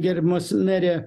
gerbiamas mere